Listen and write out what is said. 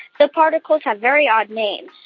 the particles have very odd names,